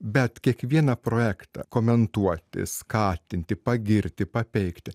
bet kiekvieną projektą komentuoti skatinti pagirti papeikti